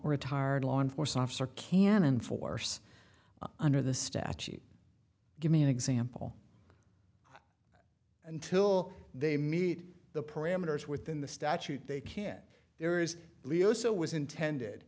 retired law enforcement officer can enforce under the statute give me an example until they meet the parameters within the statute they can there is leo so was intended